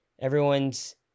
Everyone's